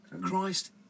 Christ